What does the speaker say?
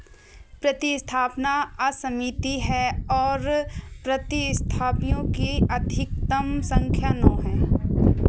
प्रतिस्थापना असीमित हैं और प्रतिस्थापियों की अधिकतम संख्या नौ है